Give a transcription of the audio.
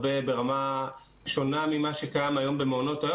ברמה שונה ממה שקיים היום במעונות היום,